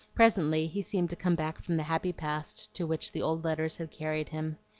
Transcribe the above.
presently he seemed to come back from the happy past to which the old letters had carried him.